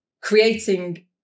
creating